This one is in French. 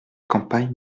campagne